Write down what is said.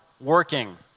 working